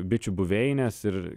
bičių buveines ir